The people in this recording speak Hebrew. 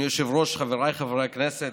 אדוני היושב-ראש, חבריי חברי הכנסת,